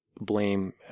Blame